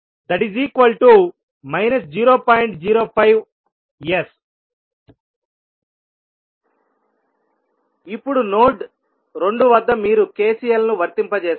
05S ఇప్పుడు node 2 వద్ద మీరు KCL ను వర్తింపజేస్తారు